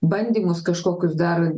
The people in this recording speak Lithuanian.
bandymus kažkokius dar